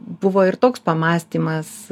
buvo ir toks pamąstymas